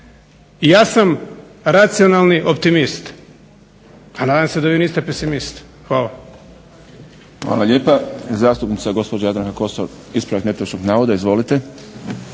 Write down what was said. Ja sam racionalni optimist, a nadam se da vi niste pesimist. Hvala. **Šprem, Boris (SDP)** Hvala lijepa. Zastupnica gospođa Jadranka Kosor. Ispravak netočnog navoda. Izvolite.